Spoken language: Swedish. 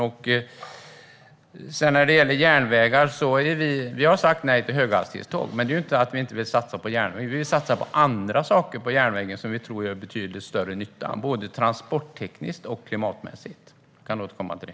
När det sedan gäller järnvägar har vi sagt nej till höghastighetståg, men det är inte för att vi inte vill satsa på järnväg. Vi vill satsa på andra saker på järnvägen, sådant vi tror gör betydligt större nytta både transporttekniskt och klimatmässigt. Jag kan återkomma till det.